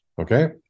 Okay